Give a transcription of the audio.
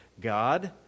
God